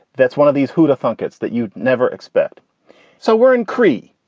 that's one of these hooda phuket's that you never expect so we're in kri,